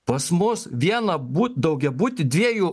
pas mus vieną but daugiabutį dviejų